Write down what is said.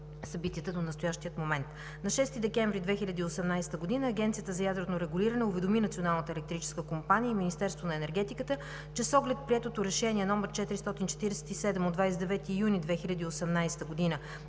събитията до настоящия момент: на 6 декември 2018 г. Агенцията за ядрено регулиране уведоми Националната електрическа компания и Министерството на енергетиката, че с оглед приетото Решение № 447 от 29 юни 2018 г.